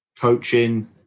coaching